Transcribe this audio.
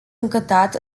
încântat